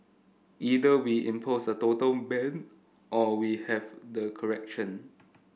either we impose a total ban or we have the correction